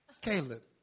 Caleb